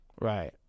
right